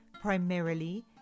primarily